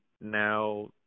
now